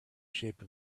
shape